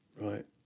Right